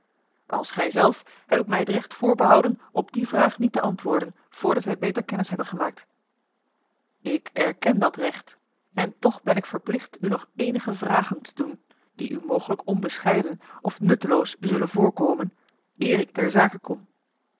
als gij zelf heb ik mij het recht voorbehouden op die vraag niet te antwoorden voordat wij beter kennis hebben gemaakt ik erken dat recht en toch ben ik verplicht u nog eenige vragen te doen die u mogelijk onbescheiden of nutteloos zullen voorkomen eer ik ter zake kom